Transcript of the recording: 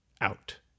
out